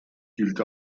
gilt